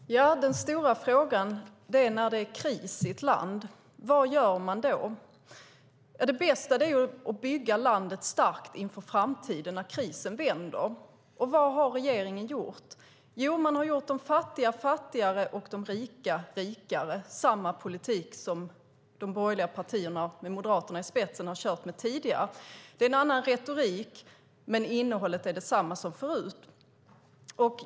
Fru talman! Den stora frågan är vad man gör när det är kris i ett land. Det bästa är att bygga landet starkt inför framtiden när krisen vänder. Vad har regeringen gjort? Man har gjort de fattiga fattigare och de rika rikare - samma politik som de borgerliga partierna, med Moderaterna i spetsen, har kört med tidigare. Det är en annan retorik, men innehållet är detsamma som förut.